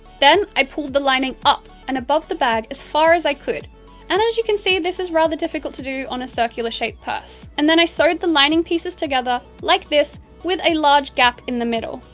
then, i pulled the lining up and above the bag as far as i could and as you can see, this is rather difficult to do on a circular-shaped purse and then i sewed the lining pieces together like this, with a large gap in the middle.